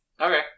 Okay